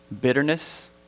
bitterness